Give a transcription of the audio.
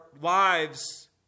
lives